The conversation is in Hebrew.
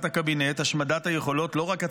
הקבינט: השמדת היכולות לא רק הצבאיות,